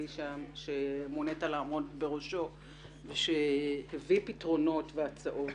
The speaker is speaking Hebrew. שמונית לעמוד בראשו ושהביא פתרונות והצעות,